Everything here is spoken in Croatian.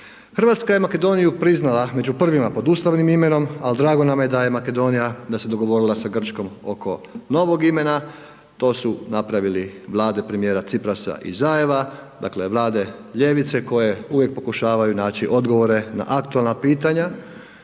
Hrvatska je Makedoniju priznala među prvima pod ustavnim imenom ali drago nam je da je Makedonija, da se dogovorila sa Grčkom oko novog imena, to su napravile vlade premijera Ciprasa i Zajeva, Dakle, vlade ljevice koje uvijek pokušavaju na naći odgovore na aktualna pitanja